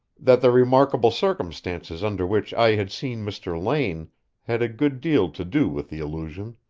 that the remarkable circumstances under which i had seen mr. lane had a good deal to do with the illusion.